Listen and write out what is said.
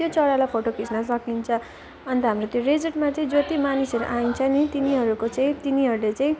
त्यो चरालाई फोटो खिच्न सकिन्छ अन्त हाम्रो त्यो रेजोर्टमा चाहिँ जति मानिसहरू आइन्छ नि तिनीहरूको चाहिँ तिनीहरूले चाहिँ